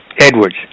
Edwards